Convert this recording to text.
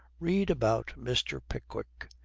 read about mr. pickwick.